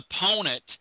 opponent